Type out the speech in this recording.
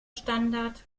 standard